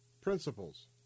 principles